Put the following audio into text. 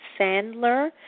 Sandler